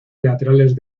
teatrales